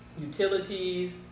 utilities